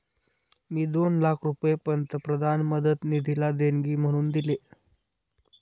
मी दोन लाख रुपये पंतप्रधान मदत निधीला देणगी म्हणून दिले